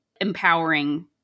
empowering